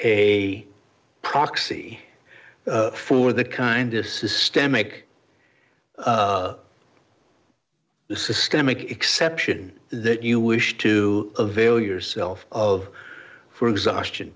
a proxy for the kind a systemic the systemic exception that you wish to avail yourself of for exhaustion